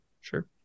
sure